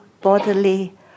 bodily